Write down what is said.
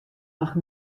noch